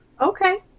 Okay